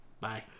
Bye